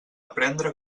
aprendre